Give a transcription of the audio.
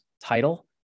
title